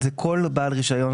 ובעצם להנגיש אותו כלפי חוץ.